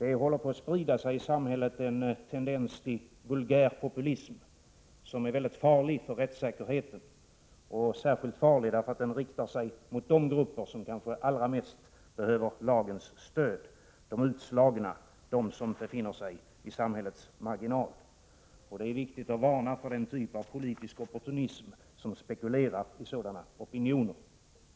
I samhället sprider sig en tendens till vulgär populism, som är mycket farlig för rättssäkerheten, särskilt därför att den riktas mot de grupper som kanske allra mest behöver lagens stöd, nämligen de utslagna och de som befinner sig i samhällets marginal. Det är viktigt att varna för den typ av politisk opportunism som spekulerar i sådana — Prot. 1987/88:36 opinioner.